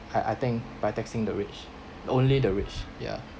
I I think by taxing the rich only the rich ya